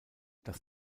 das